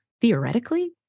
Theoretically